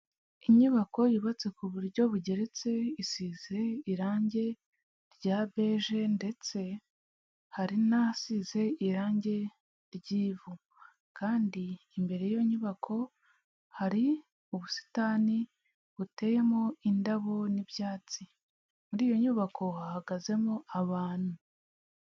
Inyubako yubatse ku buryo bugeretse, isize irange rya bege ndetse hari n'ahasize irange ry'ivu kandi imbere y'iyo nyubako, hari ubusitani buteyemo indabo n'ibyatsi, muri iyo nyubako hahagazemo abantu.